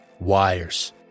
Wires